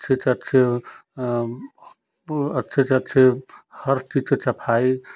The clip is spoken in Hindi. अच्छे अच्छे वो अच्छे से अच्छे हर चीज़ का सफाई